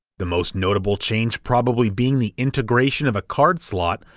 the most notable change probably being the integration of a card slot,